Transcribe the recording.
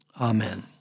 Amen